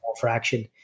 fraction